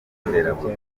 nderabuzima